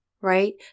Right